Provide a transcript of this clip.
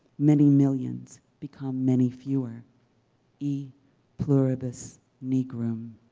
many millions become many fewer e pluribus negrum.